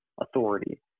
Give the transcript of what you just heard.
authority